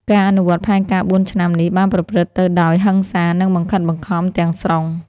ការអនុវត្តផែនការបួនឆ្នាំនេះបានប្រព្រឹត្តទៅដោយ ហិង្សា និងបង្ខិតបង្ខំ ទាំងស្រុង។